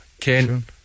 Ken